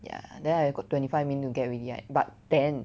ya then I got twenty five minutes to get ready right but then